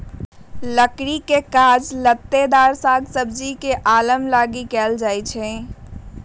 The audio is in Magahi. लकड़ी के काज लत्तेदार साग सब्जी के अलाम लागी कएल जाइ छइ